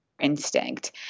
instinct